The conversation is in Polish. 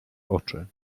oczy